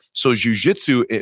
so jujitsu,